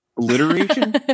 Alliteration